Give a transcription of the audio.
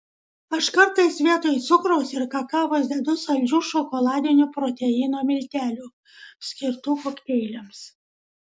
aš kartais vietoj cukraus ir kakavos dedu saldžių šokoladinių proteino miltelių skirtų kokteiliams